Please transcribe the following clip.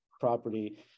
property